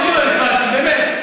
באמת.